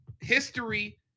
history